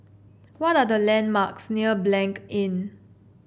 what are the landmarks near Blanc Inn